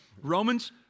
Romans